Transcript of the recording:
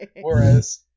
Whereas